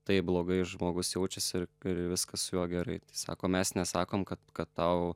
taip blogai žmogus jaučiasi ir ir viskas su juo gerai sako mes nesakom kad kad tau